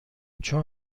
چون